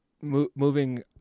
moving